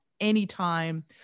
anytime